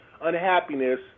unhappiness